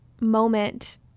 moment